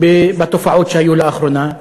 בתופעות שהיו לאחרונה?